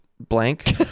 blank